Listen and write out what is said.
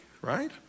right